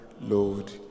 Lord